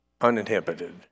uninhibited